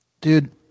dude